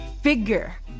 figure